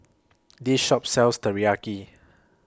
This Shop sells Teriyaki